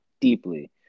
deeply